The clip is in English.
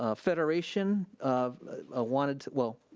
ah federation um ah wanted to, well,